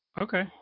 Okay